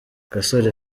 gasore